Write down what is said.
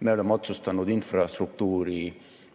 Me oleme otsustanud investeerida